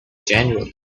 general